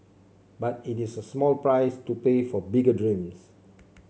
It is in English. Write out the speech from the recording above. but it is a small price to pay for bigger dreams